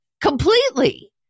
completely